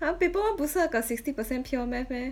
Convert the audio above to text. !huh! paper one 不是那个 sixty percent pure math meh